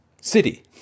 city